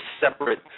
separate